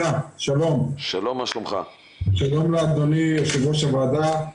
שלום אדוני יו"ר הוועדה.